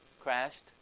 crashed